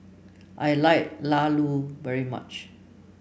I like Laddu very much